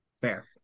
Fair